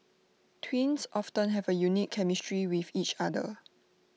twins often have A unique chemistry with each other